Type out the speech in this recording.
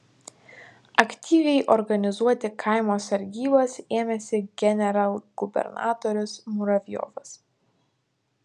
aktyviai organizuoti kaimo sargybas ėmėsi generalgubernatorius muravjovas